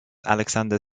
alexander